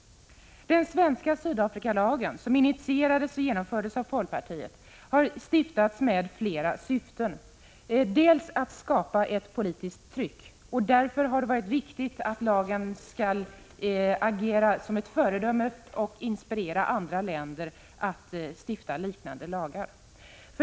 Den svenska Sydafrikalagen, som initierades och genomfördes av folkpartiet, har stiftats med flera syften. Ett av syftena har varit att skapa ett politiskt tryck. Därför har det varit viktigt att lagen skall fungera som ett föredöme och inspirera andra länder att stifta liknande lagar.